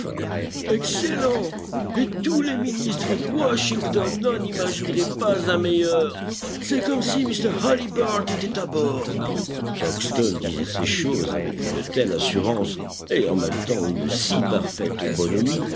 excellent et tous les ministres de washington n'en imagineraient pas un meilleur c'est comme si mr halliburtt était à bord crockston disait ces choses avec une telle assurance et en même temps une si parfaite bonhomie